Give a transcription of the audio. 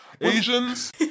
Asians